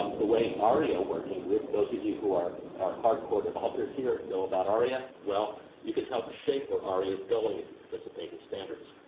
the way aria working group, those of you who are are hardcore developers here know about aria. well, you can help shape where aria is going if you participate in standards.